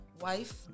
wife